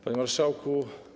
Panie Marszałku!